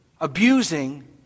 abusing